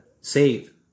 save